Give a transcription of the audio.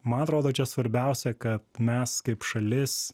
man atrodo čia svarbiausia kad mes kaip šalis